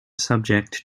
subject